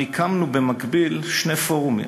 גם הקמנו במקביל שני פורומים: